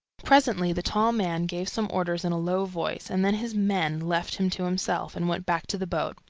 presently the tall man gave some orders in a low voice, and then his men left him to himself, and went back to the boat.